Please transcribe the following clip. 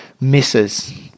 Misses